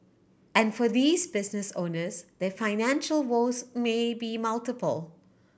and for these business owners their financial woes may be multiple